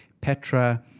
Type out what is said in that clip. Petra